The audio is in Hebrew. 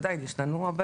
עדיין יש לנו,